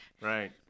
right